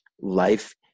life